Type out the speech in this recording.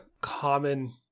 common